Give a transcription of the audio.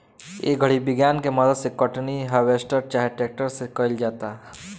ए घड़ी विज्ञान के मदद से कटनी, हार्वेस्टर चाहे ट्रेक्टर से कईल जाता